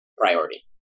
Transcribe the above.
priority